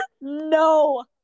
No